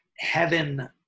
heaven